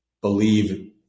believe